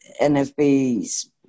NFB's